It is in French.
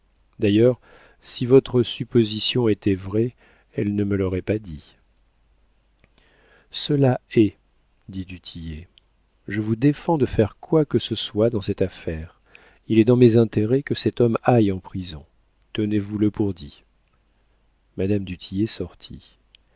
d'ailleurs si votre supposition était vraie elle ne me l'aurait pas dit cela est dit du tillet je vous défends de faire quoi que ce soit dans cette affaire il est dans mes intérêts que cet homme aille en prison tenez vous le pour dit madame du tillet sortit